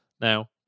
Now